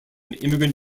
immigrant